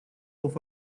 off